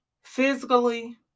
physically